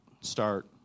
start